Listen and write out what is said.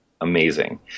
amazing